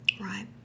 Right